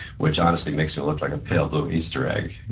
which honestly makes him look like a pale blue easter egg, you